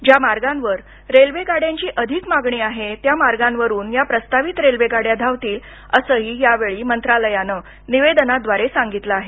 ज्या मार्गांवर रेल्वेगाड्यांची अधिक मागणी आहे त्या मार्गांवरून या प्रस्तावित रेल्वेगाड्या धावतील असंही यावेळी मंत्रालयानं निवेदनाद्वारे सांगितलं आहे